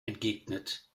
entgegnet